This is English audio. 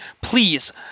Please